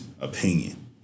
opinion